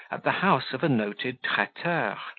at the house of a noted traiteur,